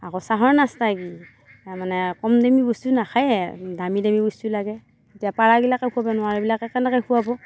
আকৌ চাহৰ নাস্তাই কি তাৰমানে কম দামী বস্তু নাখায়েই দামী দামী বস্তু লাগে এতিয়া পৰাবিলাকে খুৱাব নোৱাৰাবিলাকে কেনেকে খুৱাব